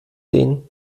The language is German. sehen